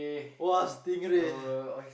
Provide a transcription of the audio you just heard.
!wah! stingray